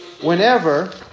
whenever